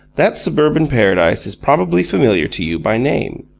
that suburban paradise is probably familiar to you by name.